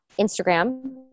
Instagram